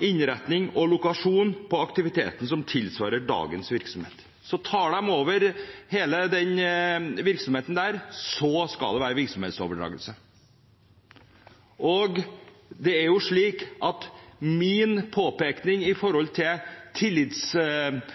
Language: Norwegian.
innretning og lokasjon på aktiviteten som tilsvarer dagens virksomhet. Tar de over hele den virksomheten, skal det være virksomhetsoverdragelse. Min påpekning med hensyn til tillitsapparatet i